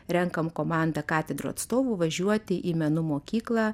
renkam komandą katedrų atstovų važiuoti į menų mokyklą